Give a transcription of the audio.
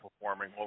performing